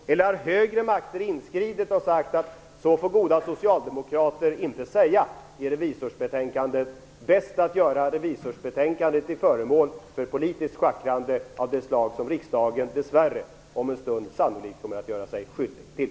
Eller har högre makter inskridit och sagt att så får goda socialdemokrater inte säga och att det är bättre att göra revisorernas förslag till föremål för det politiska schackrande som riksdagen dess värre sannolikt kommer att göra sig skyldig till?